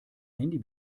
handy